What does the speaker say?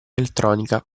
elettronica